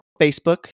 Facebook